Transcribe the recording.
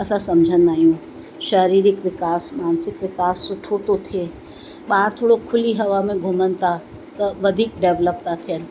असां सम्झंदा आहियूं शारीरिक विकास मानसिक विकास सुठो थो थिए ॿार थोरो खुली हवा में घुमनि था त वधीक डवलप था थियनि